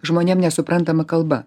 žmonėm nesuprantama kalba